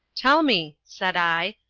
tell me, said i,